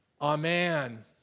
Amen